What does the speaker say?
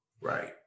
right